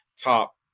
top